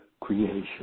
creation